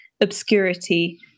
obscurity